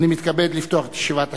אני מתכבד לפתוח את ישיבת הכנסת.